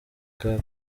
gaal